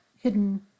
hidden